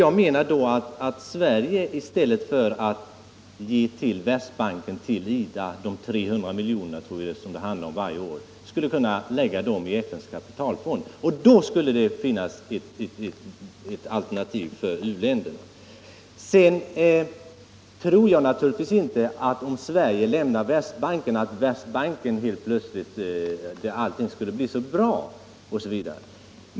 Jag menar att Sverige i stället för att ge till IDA de 300 milj.kr. — som jag tror det handlar om varje år — skulle kunna lägga det beloppet i FN:s kapitalfond. Då skulle det finnas ett alternativ för u-länderna. Jag tror naturligtvis inte att om Sverige lämnar Världsbanken, skulle allt plötsligt bli bra.